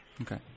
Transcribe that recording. Okay